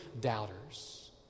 doubters